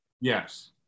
Yes